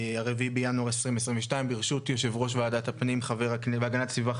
ה-4 בינואר 2022. ברשות יושב-ראש ועדת הפנים והגנת הסביבה,